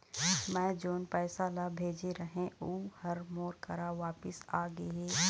मै जोन पैसा ला भेजे रहें, ऊ हर मोर करा वापिस आ गे हे